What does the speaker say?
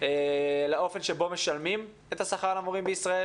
לאופן שבו משלמים את השכר למורים בישראל,